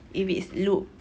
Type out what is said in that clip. if it's loop